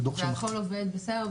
והכל עובד בסדר?